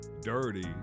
Dirty